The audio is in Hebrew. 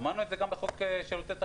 אמרנו את זה גם בחוק שירותי תשלום.